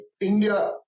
India